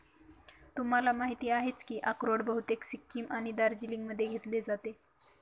तुम्हाला माहिती आहेच की अक्रोड बहुतेक सिक्कीम आणि दार्जिलिंगमध्ये घेतले जाते